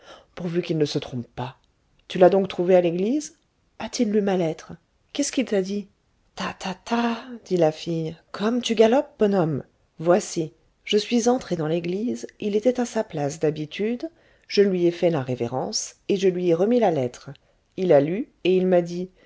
pourvu qu'il ne se trompe pas tu l'as donc trouvé à l'église a-t-il lu ma lettre qu'est-ce qu'il t'a dit ta ta ta dit la fille comme tu galopes bonhomme voici je suis entrée dans l'église il était à sa place d'habitude je lui ai fait la révérence et je lui ai remis la lettre il a lu et il m'a dit